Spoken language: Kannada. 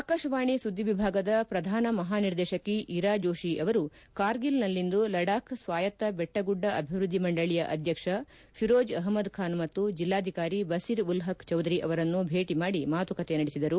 ಆಕಾಶವಾಣಿ ಸುದ್ದಿ ವಿಭಾಗದ ಪ್ರಧಾನ ಮಹಾನಿರ್ದೇಶಕಿ ಇರಾ ಜೋಷಿ ಅವರು ಕಾರ್ಗಿಲ್ನಲ್ಲಿಂದು ಲಡಖ್ ಸ್ವಾಯತ್ತ ಬೆಟ್ಟಗುಡ್ಡ ಅಭಿವೃದ್ದಿ ಮಂಡಳಿಯ ಅಧ್ಯಕ್ಷ ಫಿರೋಜ್ ಅಹ್ನದ್ ಖಾನ್ ಮತ್ತು ಜಿಲ್ಲಾಧಿಕಾರಿ ಬಸೀರ್ ಉಲ್ ಹಕ್ ಚೌಧರಿ ಅವರನ್ನು ಭೇಟ ಮಾಡಿ ಮಾತುಕತೆ ನಡೆಸಿದರು